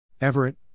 Everett